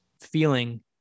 feeling